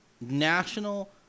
national